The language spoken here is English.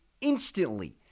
instantly